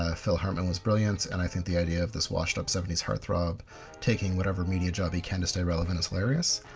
ah phil hartman was brilliant, and i think the idea of this washed up seventy s heartthrob taking whatever job he can to stay relevant is hilarious.